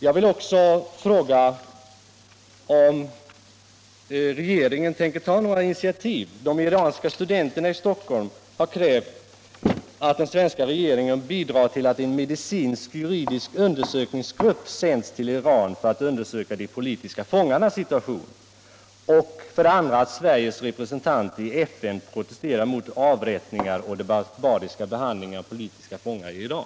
Jag vill också fråga om regeringen tänker ta några initiativ med anledning av att de iranska studenterna i Stockholm krävt för det första att den svenska regeringen bidrar till att en medicinsk-juridisk undersökningsgrupp sänds till Iran för att undersöka de politiska fångarnas situation, och för det andra att Sveriges representant i FN protesterar mot avrättningarna och den barbariska behandlingen av politiska fångar i Iran.